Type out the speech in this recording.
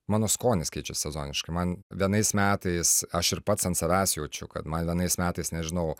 mano skonis keičias sezoniškai man vienais metais aš ir pats ant savęs jaučiu kad man vienais metais nežinau